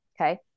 Okay